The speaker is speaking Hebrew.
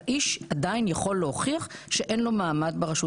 האיש עדיין יכול להוכיח שאין לו מעמד ברשות